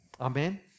Amen